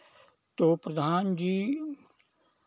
तो प्रधान जी